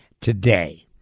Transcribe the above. today